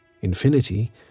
Infinity